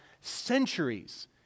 centuries